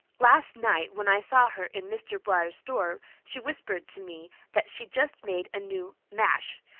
last night when i saw her in mr. blair's store she whispered to me that she'd just made a new mash.